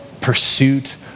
pursuit